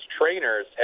trainers